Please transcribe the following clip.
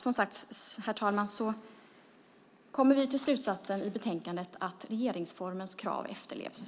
Som sagt, herr talman, kommer vi till slutsatsen i betänkandet att regeringsformens krav efterlevs.